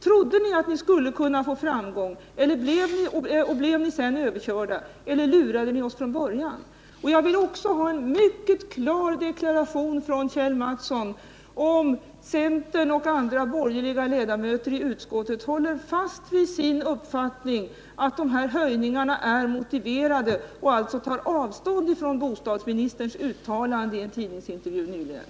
Trodde ni att ni skulle få framgång och blev ni sedan överkörda eller lurade ni oss från början? Jag vill också ha en mycket klar deklaration från Kjell Mattsson om huruvida centern och andra borgerliga ledamöter i utskottet håller fast vid sin uppfattning att dessa höjningar är motiverade och alltså tar avstånd från bostadsministerns uttalande i en tidningsintervju nyligen.